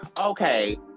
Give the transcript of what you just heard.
okay